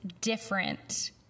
different